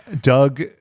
Doug